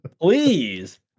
Please